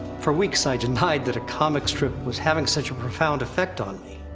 for weeks, i denied that a comic strip was having such a profound effect on me.